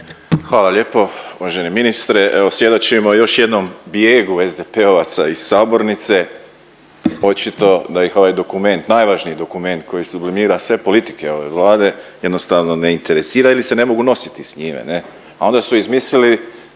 Hvala lijepo, uvaženi ministre. Evo, svjedočimo još jednom bijegu SDP-ovaca iz sabornice. Očito da ih ovaj dokument, najvažniji dokument koji sublimira sve politike ove Vlade jednostavno ne interesira ili se ne mogu nositi s njime, ne? A onda su izmislili